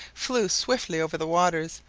flew swiftly over the waters,